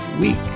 week